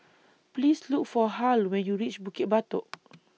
Please Look For Hal when YOU REACH Bukit Batok